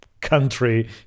country